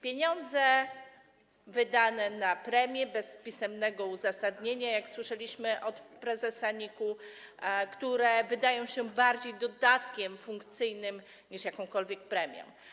Pieniądze wydane na premie bez pisemnego uzasadnienia, jak słyszeliśmy od prezesa NIK-u, wydają się bardziej dodatkiem funkcyjnym niż jakąkolwiek premią.